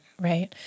right